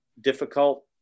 difficult